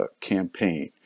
campaign